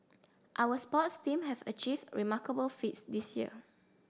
our sports team have achieved remarkable feats this year